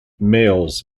males